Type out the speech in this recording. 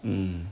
mm